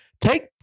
Take